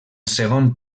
segon